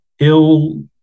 ill